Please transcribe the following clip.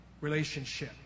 relationship